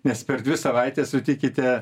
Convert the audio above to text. nes per dvi savaites sutikite